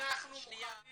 הנגשת מידע